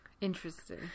interesting